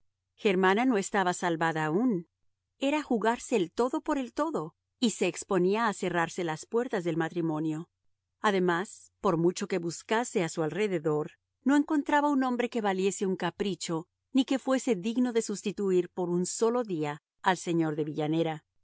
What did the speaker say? germana no estaba salvada aún era jugarse el todo por el todo y se exponía a cerrarse las puertas del matrimonio además por mucho que buscase a su alrededor no encontraba un hombre que valiese un capricho ni que fuese digno de sustituir por un solo día al señor de villanera